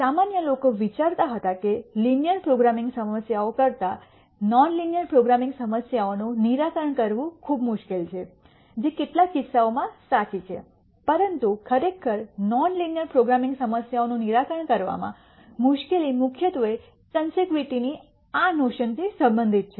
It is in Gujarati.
સામાન્ય લોકો વિચારતા હતા કે લિનિયર પ્રોગ્રામિંગ સમસ્યાઓ કરતાં નોન લિનિયર પ્રોગ્રામિંગ સમસ્યાઓનું નિરાકરણ કરવું ખૂબ મુશ્કેલ છે જે કેટલાક કિસ્સાઓમાં સાચી છે પરંતુ ખરેખર નોન લીનિયર પ્રોગ્રામિંગ સમસ્યાઓનું નિરાકરણ કરવામાં મુશ્કેલી મુખ્યત્વે કન્વેક્સિટીની આ નોશન થી સંબંધિત છે